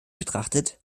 betrachtet